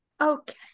Okay